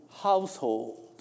household